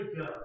go